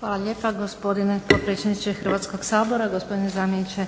Hvala lijepa gospodine potpredsjedniče Hrvatskog sabora, gospodine zamjeniče